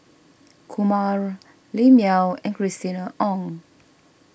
Kumar Lim Yau and Christina Ong